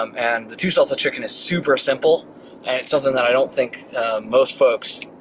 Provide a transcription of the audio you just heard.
um and the two salsa chicken is super simple and it's something that i don't think most folks